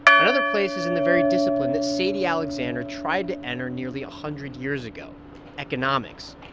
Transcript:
another place is in the very discipline that sadie alexander tried to enter nearly a hundred years ago economics.